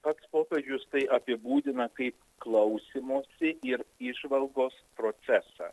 pats popiežius tai apibūdina kaip klausymosi ir įžvalgos procesą